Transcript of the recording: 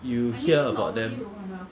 you hear about them